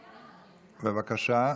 בבקשה.